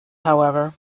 however